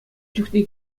чухне